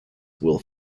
will